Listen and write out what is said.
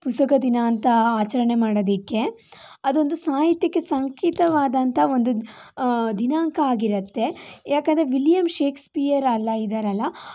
ಪುಸ್ತಕ ದಿನ ಅಂತ ಆಚರಣೆ ಮಾಡೋದಕ್ಕೆ ಅದೊಂದು ಸಾಹಿತ್ಯಕ್ಕೆ ಸಂಕೇತವಾದಂಥ ಒಂದು ದಿನಾಂಕ ಆಗಿರುತ್ತೆ ಯಾಕೆಂದ್ರೆ ವಿಲಿಯಂ ಶೇಕ್ಸ್ಪಿಯರೆಲ್ಲ ಇದಾರಲ್ಲ